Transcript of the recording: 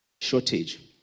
shortage